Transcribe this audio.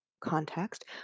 context